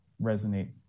resonate